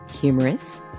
humorous